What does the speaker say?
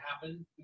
happen